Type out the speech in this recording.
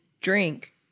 drink